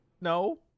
No